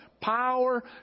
Power